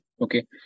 okay